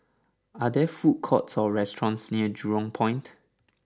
are there food courts or restaurants near Jurong Point